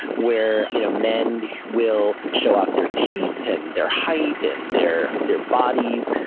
where you know men will show off their teeth, and their height, and their their bodies,